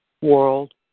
World